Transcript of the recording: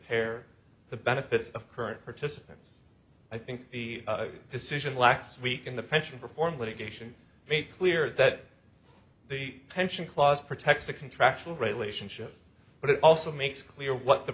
impair the benefits of current participants i think the decision last week in the pension reform litigation made clear that the pension clause protects a contractual relationship but it also makes clear what the